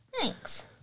thanks